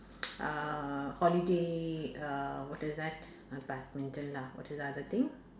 uh holiday uh what is that uh badminton lah what is the other thing